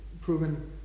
proven